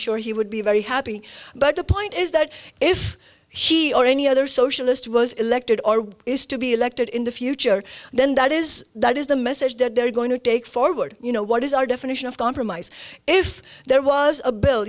sure he would be very happy but the point is that if he or any other socialist was elected or is to be elected in the future then that is that is the message that they're going to take forward you know what is our definition of compromise if there was a bill